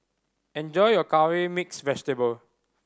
enjoy your Curry Mixed Vegetable